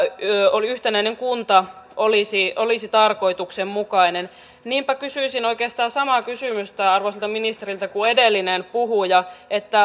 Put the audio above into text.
yhtenäinen kunta olisi olisi tarkoituksenmukainen niinpä kysyisin oikeastaan samaa kysymystä arvoisalta ministeriltä kuin edellinen puhuja